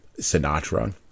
Sinatra